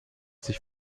sich